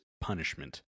punishment